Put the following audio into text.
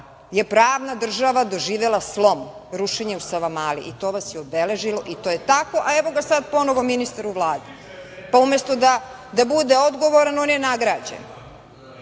je pravna država doživela slom, rušenje u Savamali i to vas je obeležilo i evo ga sada ponovo ministar u Vladi, pa umesto da bude odgovoran, on je nagrađen.I